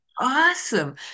awesome